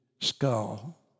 skull